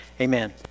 Amen